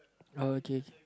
uh okay okay